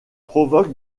provoque